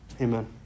Amen